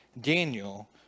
Daniel